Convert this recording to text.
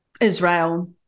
Israel